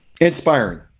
inspiring